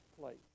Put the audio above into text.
place